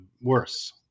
worse